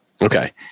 Okay